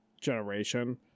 generation